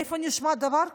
מאיפה נשמע דבר כזה?